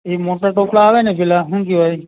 એ મોટા ટોપલા આવે ને પેલા શું કહેવાય